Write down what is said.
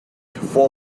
for